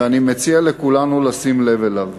ואני מציע לכולנו לשים לב אליו.